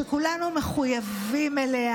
שכולנו מחויבים אליה,